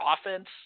offense